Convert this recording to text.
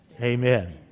amen